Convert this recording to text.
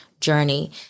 journey